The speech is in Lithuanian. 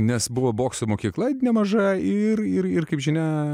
nes buvo bokso mokykla nemaža ir ir ir kaip žinia